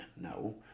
No